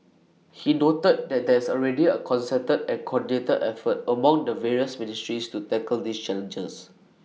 he noted that there is already A concerted and coordinated effort among the various ministries to tackle these challenges